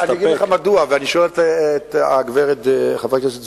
אגיד לך מדוע, ואני שואל את חברת הכנסת זועבי.